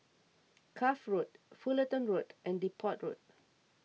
Cuff Road Fullerton Road and Depot Walk